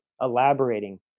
elaborating